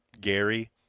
Gary